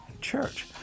church